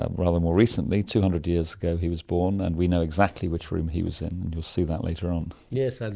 ah rather more recently. two hundred years ago he was born, and we know exactly which room he was in and you'll see that later on. yes, and